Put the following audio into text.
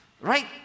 right